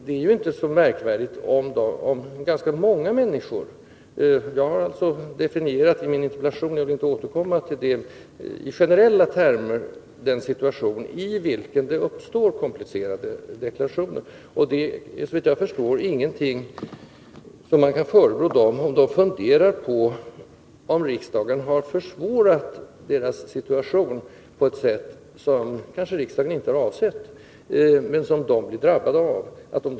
15 november 1982 Som jag har angett i min interpellation är det här fråga om ganska många människor vilka av olika orsaker måste upprätta komplicerade deklaratio Om arbetsmarkner. Såvitt jag förstår kan man inte förebrå dem att de funderar på om nadssituationen riksdagen har försvårat deras situation på ett sätt, som kanske riksdagen inte ; Stockholmshar avsett, men som drabbar dem i hög grad.